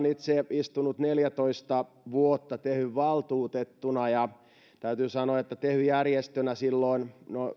itse istunut neljätoista vuotta tehyn valtuutettuna ja täytyy sanoa että tämä on sellainen asia että tehy järjestönä silloin